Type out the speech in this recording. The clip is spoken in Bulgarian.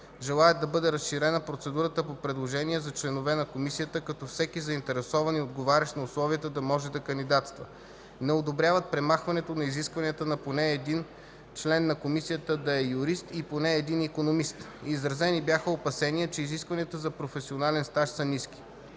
Желаят да бъде разширена процедурата по предложения за членове на Комисията, като всеки заинтересуван и отговарящ на условията да може да кандидатства. Не одобряват премахването на изискването поне един член на Комисията да е юрист и поне един икономист. Изразени бяха опасения, че изискванията за професионален стаж са ниски.